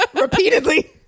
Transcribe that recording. repeatedly